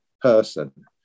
person